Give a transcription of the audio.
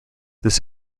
this